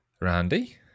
Randy